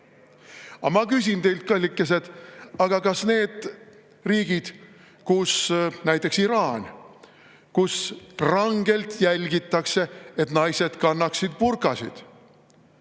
ma küsin teilt, kallikesed, kas need riigid … Näiteks Iraan, kus rangelt jälgitakse, et naised kannaksid burkasid,